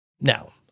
Now